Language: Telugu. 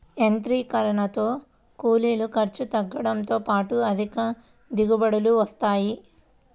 యాంత్రీకరణతో కూలీల ఖర్చులు తగ్గడంతో పాటు అధిక దిగుబడులు వస్తాయి